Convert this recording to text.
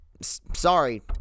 sorry